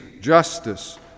justice